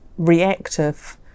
reactive